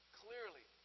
clearly